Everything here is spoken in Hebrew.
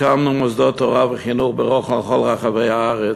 הקמנו מוסדות תורה וחינוך בכל רחבי הארץ,